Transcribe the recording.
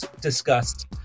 discussed